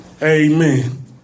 Amen